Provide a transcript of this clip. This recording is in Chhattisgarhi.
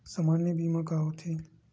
सामान्य बीमा का होथे?